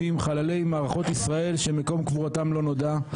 חללי מערכות ישראל שמקום קבורתם לא נודע.